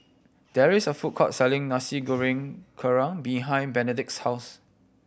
there is a food court selling Nasi Goreng Kerang behind Benedict's house